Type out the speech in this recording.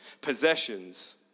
Possessions